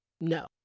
no